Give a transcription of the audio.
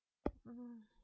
mmhmm